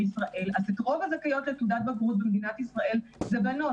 רוב הזכאויות לתעודת בגרות במדינת ישראל הם של בנות.